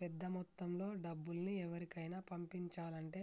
పెద్దమొత్తంలో డబ్బుల్ని ఎవరికైనా పంపించాలంటే